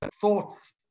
thoughts